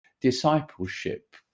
discipleship